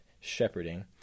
shepherding